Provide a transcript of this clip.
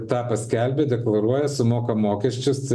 tą paskelbia deklaruoja sumoka mokesčius